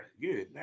Good